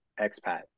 expat